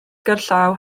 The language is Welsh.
gerllaw